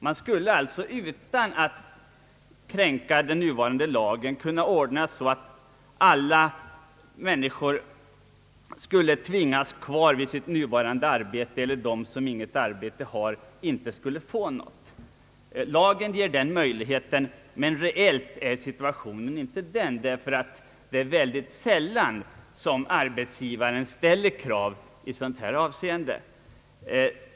Man skulle alltså utan att kränka den nuvarande lagen kunna ordna så, att människor skulle tvingas kvar i sitt arbete eller att de som inte har arbete inte skulle kunna få något. Lagen ger möjlighet därtill, men reellt är situationen inte den, ty det är mycket sällan som arbetsgivare ställer krav i sådant här avseende.